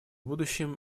будущем